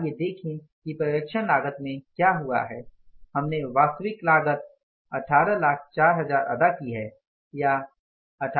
आइए देखें कि पर्यवेक्षण लागत में क्या हुआ है हमने वास्तविक लागत 184000 अदा की है या 183000